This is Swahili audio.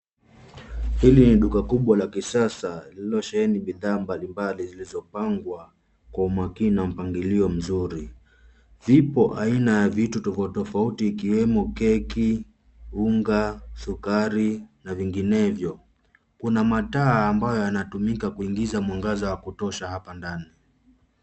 Hili ni duka kubwa la kisasa liliosjheheni bidhaa mbalimbali zilizopangwa kwa umaakini na mpangilio mzuri. Zipo aina ya vitu tofauti tofauti ikiwemo keki, unga, sukari na vinginevyo. Kuna mataa ambayo yanatumika kuingiza mwangaza wa kutosha hapa ndani.